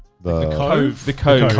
the cove. the cove.